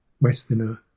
Westerner